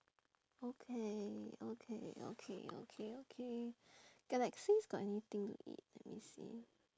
okay okay okay okay okay galaxis got anything to eat let me see